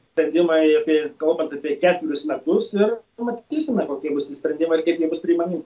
sprendimai apie kalbant apie ketverius metus ir pamatysime kokie bus tie sprendimai ir kaip jie bus priimami